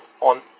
on